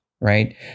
right